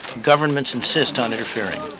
governments insist on interfering.